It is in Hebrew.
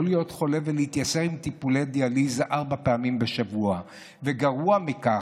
להיות חולה ולהתייסר עם טיפולי דיאליזה ארבע פעמים בשבוע וגרוע מכך,